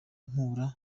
mpura